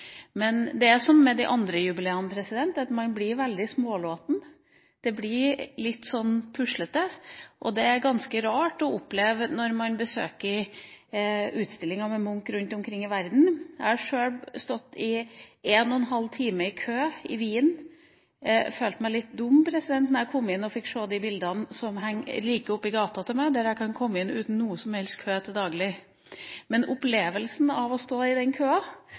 Men det er som med de andre jubileene, man blir veldig smålåten. Det blir litt puslete, og det er ganske rart å oppleve når man besøker utstillinger med Munch rundt omkring i verden. Jeg har sjøl stått i én og en halv time i kø i Wien. Jeg følte meg litt dum da jeg kom inn og fikk se de bildene som henger like oppe i gata hos meg, der jeg kan komme inn uten noen som helst kø til daglig. Men opplevelsen av å stå i den køa